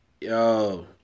Yo